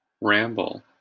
Ramble